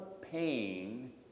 pain